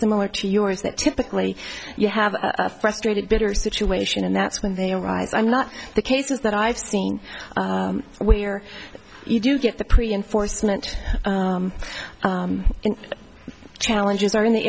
similar to yours that typically you have a frustrated bitter situation and that's when they arise i'm not the cases that i've seen where you do get the pre enforcement challenges are in the